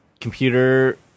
computer